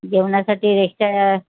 जेवणासाठी रेष्टया